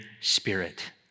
spirit